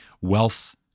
wealth